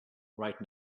right